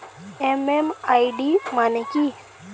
MMID মানে কি?